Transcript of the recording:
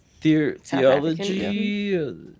theology